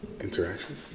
interaction